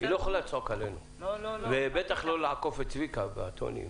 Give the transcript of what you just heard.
היא לא יכולה לצעוק עלינו ובטח לא לעקוף את צביקה בטון הדיבור.